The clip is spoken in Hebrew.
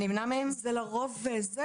זה לרוב זה.